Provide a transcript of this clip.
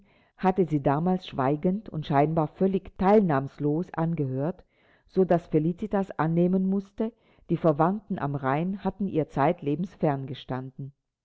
hatte sie damals schweigend und scheinbar völlig teilnahmslos angehört so daß felicitas annehmen mußte die verwandten am rhein haben ihr zeitlebens fern gestanden